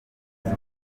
boys